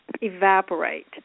evaporate